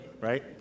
Right